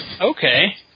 Okay